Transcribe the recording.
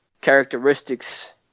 characteristics